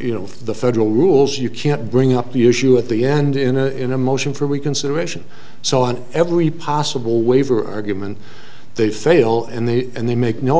you know the federal rules you can't bring up the issue at the end in a in a motion for reconsideration so on every possible waiver argument they fail and they and they make no